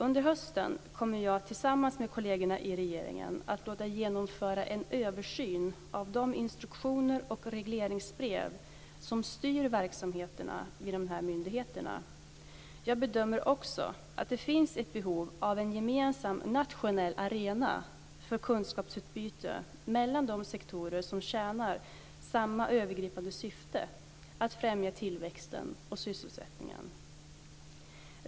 Under hösten kommer jag tillsammans med kollegerna i regeringen att låta genomföra en översyn av de instruktioner och regleringsbrev som styr verksamheterna vid de här myndigheterna. Jag bedömer också att det finns ett behov av en gemensam nationell arena för kunskapsutbyte mellan de sektorer som tjänar samma övergripande syfte, att främja tillväxten och sysselsättningen.